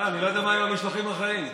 לא יודע מה עם המשלוחים החיים.